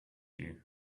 you